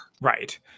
Right